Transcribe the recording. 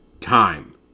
time